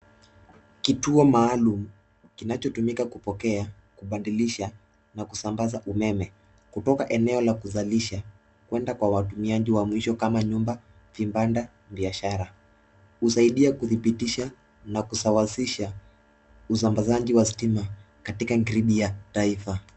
Kituo maalum, kinachotumika kupokea, kubadilisha na kusambaza umeme kutoka eneo la kuzalisha kuenda kwa watumiaji wa mwisho kama vile nyumba, vibanda na biashara . Husaidia kuthibitisha na kusawasisha usambazaji wa stima katika gridi ya taifa.